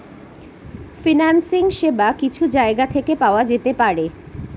financing সেবা কিছু জায়গা থেকে পাওয়া যেতে পারে